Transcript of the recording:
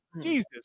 Jesus